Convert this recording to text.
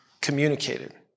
communicated